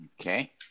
okay